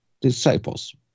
disciples